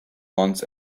ones